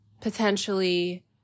potentially